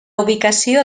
ubicació